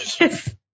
Yes